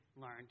learned